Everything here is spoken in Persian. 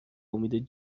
امید